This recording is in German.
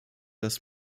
dass